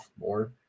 more